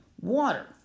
water